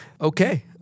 Okay